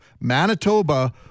Manitoba